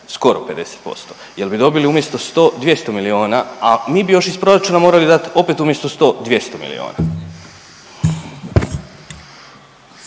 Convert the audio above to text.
skoro 50%, jel bi dobili umjesto 100 200 milijuna, a mi bi još iz proračuna morali dat opet umjesto 100 200 milijuna?